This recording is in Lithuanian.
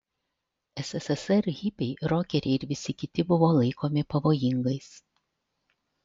sssr hipiai rokeriai ir visi kiti buvo laikomi pavojingais